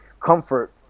comfort